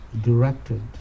directed